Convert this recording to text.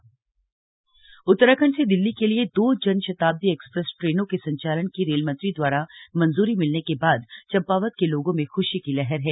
train संचालन प्रतिक्रिया उत्तराखंड से दिल्ली के लिए दो जन शताब्दी एक्सप्रेस ट्रेनों के संचालन की रेल मंत्री द्वारा मंजूरी मिलने के बाद चंपावत के लोगों में खुशी की लहर है